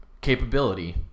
capability